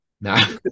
no